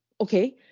okay